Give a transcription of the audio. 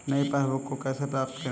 नई पासबुक को कैसे प्राप्त करें?